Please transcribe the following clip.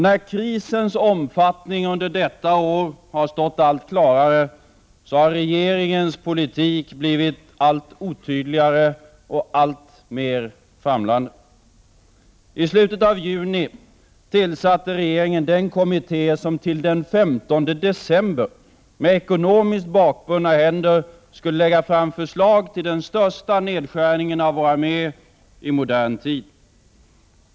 När krisens omfattning under detta år stått allt klarare, har regeringens politik blivit allt otydligare och alltmer famlande. I slutet av juni tillsatte regeringen den kommitté som till den 15 december med ekonomiskt bakbundna händer skulle lägga fram förslag till den största nedskärningen av vår armé i modern tid.